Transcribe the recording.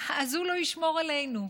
אז הוא לא ישמור עלינו.